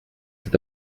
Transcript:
cet